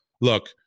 Look